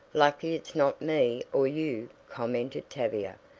lucky it's not me or you, commented tavia,